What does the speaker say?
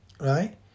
right